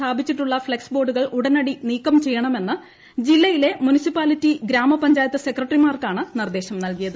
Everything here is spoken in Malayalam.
സ്ഥാപിച്ചിട്ടുള്ള ഫ്ളക്സ് ബോർഡുകൾ ഉടനടി നീക്കം ചെയ്യണമെന്ന് ജില്ലയിലെ മുനിസിപ്പാലിറ്റി ഗ്രാമപഞ്ചായത്ത് സെക്രട്ടറിമാർക്കാണ് നിർദേശം നൽകിയത്